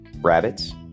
rabbits